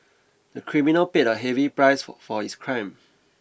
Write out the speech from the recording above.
the criminal paid a heavy price for his crime